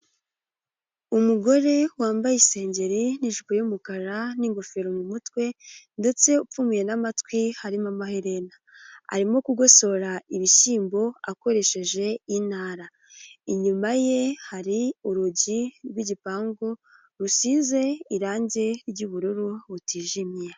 Umugore wambaye isengeri n'ijipo y'umukara n'ingofero mu mutwe ndetse upfumuye n'amatwi harimo amaherena, arimo kugosora ibishyimbo akoresheje intara, inyuma ye hari urugi rw'igipangu, rusize irangi ry'ubururu butijimye.